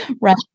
Right